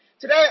Today